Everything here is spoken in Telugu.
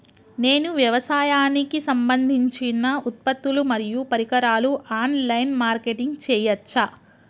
నేను వ్యవసాయానికి సంబంధించిన ఉత్పత్తులు మరియు పరికరాలు ఆన్ లైన్ మార్కెటింగ్ చేయచ్చా?